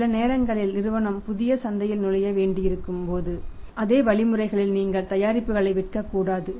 சில நேரங்களில் நிறுவனம் புதிய சந்தையில் நுழைய வேண்டியிருக்கும் போது அதே விதிமுறைகளில் நீங்கள் தயாரிப்புகளை விற்கக்கூடாது